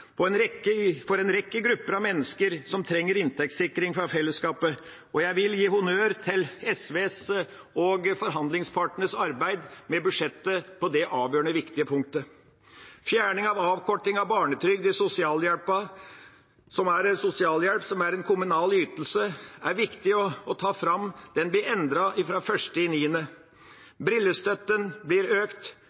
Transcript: for en rekke grupper av mennesker som trenger inntektssikring fra fellesskapet. Jeg vil gi honnør til SVs og forhandlingspartenes arbeid med budsjettet på det avgjørende viktige punktet. Fjerning av avkorting av barnetrygd i sosialhjelp, som er en kommunal ytelse, er viktig å ta fram. Dette blir endret fra 1. september. Brillestøtten blir økt,